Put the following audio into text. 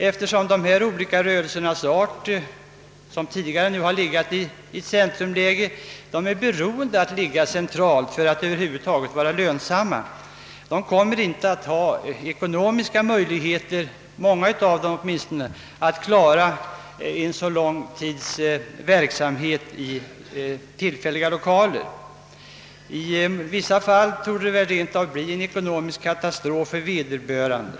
Eftersom de olika rörelserna till följd av sin art är beroende av ett centralt läge för att vara lönsamma har innehavarna icke ekonomiska möjligheter att under så lång tid bedriva sin verksamhet i tillfälliga lokaler. I vissa fall torde det rent av bli ekonomisk katastrof för vederbörande.